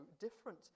different